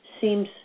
seems